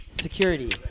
security